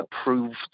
approved